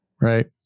Right